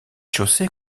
chaussée